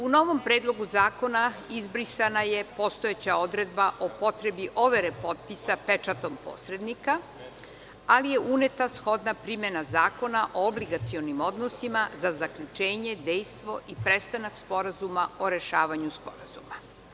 U novom predlogu zakona izbrisana je postojeća odredba o potrebi overe potpisa pečatom posrednika, ali je uneta shodna primena Zakona o obligacionim odnosima za zaključenje, dejstvo i prestanak sporazuma o rešavanju sporazuma.